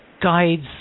Guides